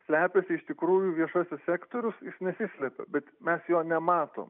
slepiasi iš tikrųjų viešasis sektorius jis nesislepia bet mes jo nematom